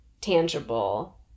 tangible